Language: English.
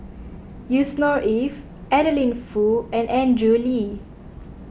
Yusnor Ef Adeline Foo and Andrew Lee